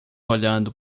olhando